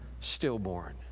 stillborn